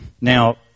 Now